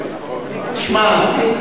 תשמע,